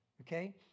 Okay